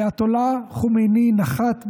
האייתולה חומייני נחת באיראן,